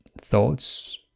thoughts